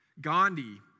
Gandhi